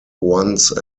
once